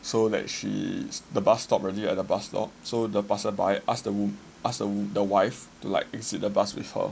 no no no like he she pressed the bus stop so that she so the bus stopped already at the bus stop so the passerby asked the woman ask the wife to like exit the bus with her